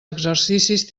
exercicis